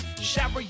shower